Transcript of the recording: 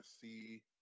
see